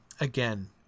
Again